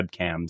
webcams